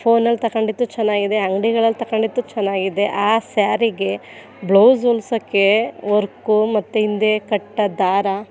ಫೋನಲ್ಲಿ ತಗೊಂಡಿದ್ದು ಚೆನ್ನಾಗಿದೆ ಅಂಗ್ಡಿಗಳಲ್ಲಿ ತಗೊಂಡಿದ್ದು ಚೆನ್ನಾಗಿದೆ ಆ ಸ್ಯಾರಿಗೆ ಬ್ಲೌಸ್ ಹೋಲ್ಸೋಕ್ಕೆ ವರ್ಕು ಮತ್ತು ಹಿಂದೆ ಕಟ್ಟೋ ದಾರ